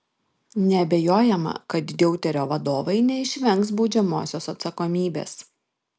neabejojama kad deuterio vadovai neišvengs baudžiamosios atsakomybės